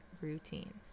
routine